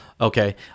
okay